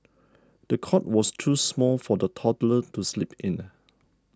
the cot was too small for the toddler to sleep in